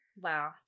Wow